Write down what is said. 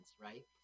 right